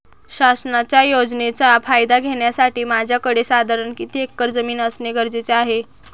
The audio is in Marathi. शासनाच्या योजनेचा फायदा घेण्यासाठी माझ्याकडे साधारण किती एकर जमीन असणे गरजेचे आहे?